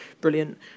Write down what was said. Brilliant